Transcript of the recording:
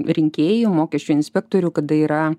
rinkėjų mokesčių inspektorių kada yra